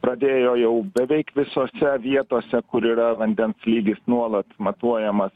pradėjo jau beveik visose vietose kur yra vandens lygis nuolat matuojamas